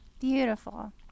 Beautiful